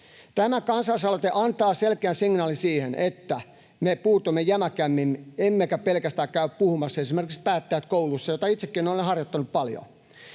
Tämä kansalaisaloite antaa selkeän signaalin siihen, että me puutumme jämäkämmin emmekä pelkästään käy puhumassa, esimerkiksi päättäjinä kouluissa, mitä itsekin olen harjoittanut paljon.